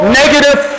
negative